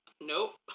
Nope